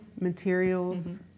materials